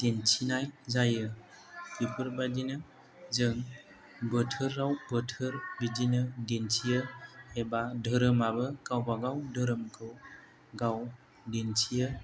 दिन्थिनाय जायो बिफोरबादिनो जों बोथोराव बोथोर बिदिनो दिन्थियो एबा धोरोमाबो गावबागाव धोरोमखौ गाव दिन्थियो